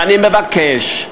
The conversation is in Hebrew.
ואני מבקש,